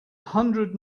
hundred